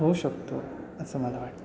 होऊ शकतो असं मला वाटतं